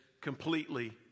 completely